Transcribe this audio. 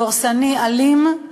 דורסני, אלים.